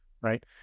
right